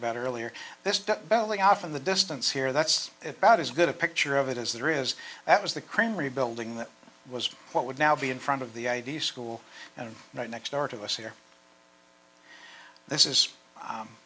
about earlier this belly off in the distance here that's about as good a picture of it as there is that was the crane rebuilding that was what would now be in front of the id school and right next door to us here this is